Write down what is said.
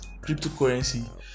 cryptocurrency